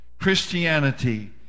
christianity